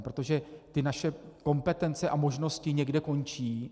Protože ty naše kompetence a možnosti někde končí.